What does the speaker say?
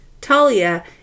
Talia